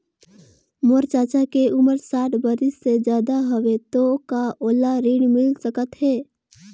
मोर चाचा के उमर साठ बरिस से ज्यादा हवे तो का ओला ऋण मिल सकत हे?